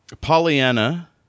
Pollyanna